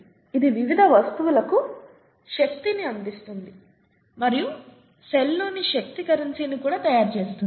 ఇది వివిధ వస్తువులకు శక్తిని అందిస్తుంది మరియు సెల్లోని శక్తి కరెన్సీని కూడా తయారు చేస్తుంది